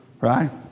Right